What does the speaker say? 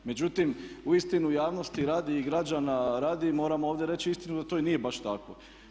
Međutim, uistinu javnosti radi i građana radi moram ovdje reći istinu da to i nije baš tako.